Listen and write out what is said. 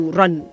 run